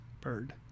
Bird